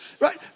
Right